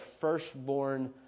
firstborn